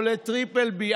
או ל-BBB.